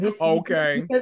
Okay